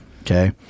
Okay